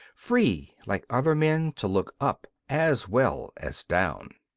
free like other men to look up as well as down!